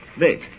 Wait